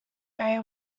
very